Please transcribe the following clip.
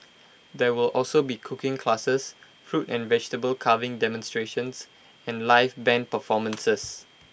there will also be cooking classes fruit and vegetable carving demonstrations and live Band performances